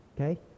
okay